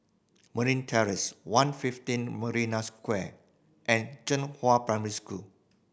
Marine Terrace One fifteen Marina Square and Zhenghua Primary School